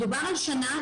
מדובר על שנה.